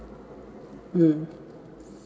mm